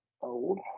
old